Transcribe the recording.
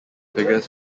figures